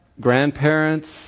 grandparents